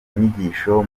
inyigisho